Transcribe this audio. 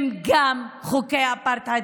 הם חוקי אפרטהייד,